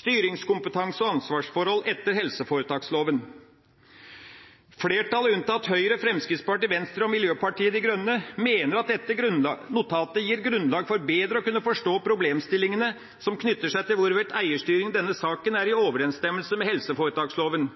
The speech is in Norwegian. «Styringskompetanse og ansvarsforhold etter helseforetaksloven». Flertallet, unntatt Høyre, Fremskrittspartiet, Venstre og Miljøpartiet De Grønne, mener at dette notatet gir grunnlag for bedre å kunne forstå problemstillingene som knytter seg til hvorvidt eierstyring i denne saken er i overensstemmelse med helseforetaksloven.